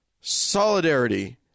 solidarity